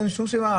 אין שום סיבה,